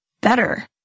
better